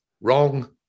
Wrong